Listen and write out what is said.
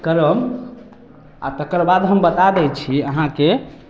करब आओर तकर बाद हम बता दै छी अहाँकेँ